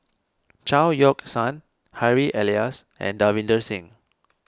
Chao Yoke San Harry Elias and Davinder Singh